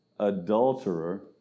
adulterer